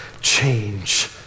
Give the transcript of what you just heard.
change